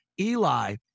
Eli